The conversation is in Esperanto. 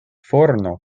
forno